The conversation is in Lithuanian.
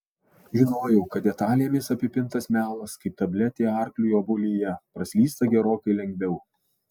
žinojau kad detalėmis apipintas melas kaip tabletė arkliui obuolyje praslysta gerokai lengviau